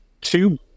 two